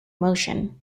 motion